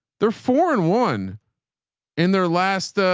they're four and one in their last a,